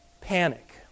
panic